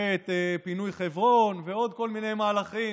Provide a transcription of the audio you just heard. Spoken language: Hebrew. ואת פינוי חברון, ועוד כל מיני מהלכים,